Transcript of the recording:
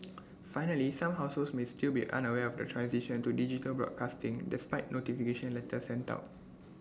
finally some households may still be unaware of the transition to digital broadcasting despite notification letters sent out